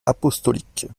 apostolique